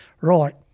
right